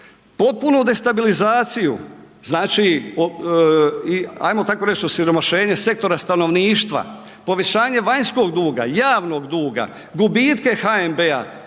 potpunu destabilizaciju, znači ajmo tako reć, osiromašenje sektora stanovništva, povišanje vanjskog duga, javnog duga, gubitke HNB-a